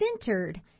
centered